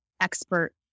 expert